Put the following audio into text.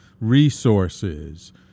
resources